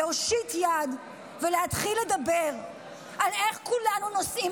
להושיט יד ולהתחיל לדבר על איך כולנו נושאים